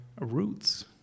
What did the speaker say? roots